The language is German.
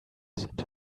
sind